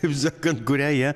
kaip sakant kurią jie